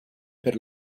per